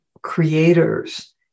creators